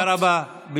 תודה רבה.